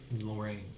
Lorraine